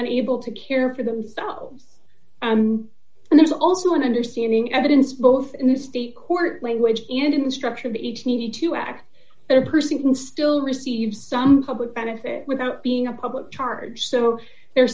unable to care for themselves and there's also an understanding evidence both in the state court language and in structure of each need to act their person can still receive some public benefit without being a public charge so their